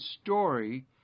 story